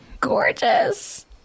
gorgeous